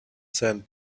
sand